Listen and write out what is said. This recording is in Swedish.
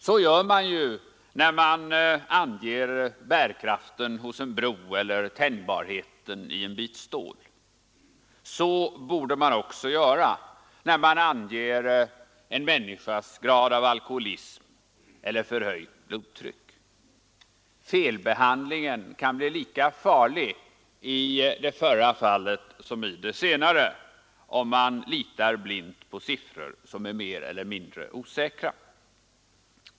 Så gör man ju, när man anger bärkraften hos en bro eller tänjbarheten i en bit stål. Så borde man också göra när man anger en människas grad av alkoholism eller förhöjt blodtryck. Felbehandlingen kan bli lika farlig i det förra fallet som i det senare, om man litar blint på siffror som är mer eller mindre osäkra.